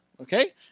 okay